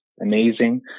amazing